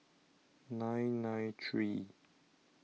nine nine three